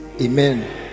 amen